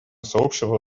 сообщество